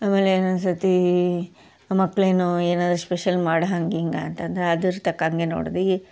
ಆಮೇಲೆ ಒಂದೊಂದ್ ಸರ್ತಿ ಮಕ್ಕಳೇನೋ ಏನಾದ್ರೂ ಸ್ಪೆಷಲ್ ಮಾಡು ಹಂಗೆ ಹಿಂಗೆ ಅಂತಂದರೆ ಅದರ ತಕ್ಕಂಗೆ ನೋಡೋದು ಈ